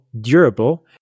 durable